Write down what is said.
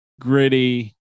gritty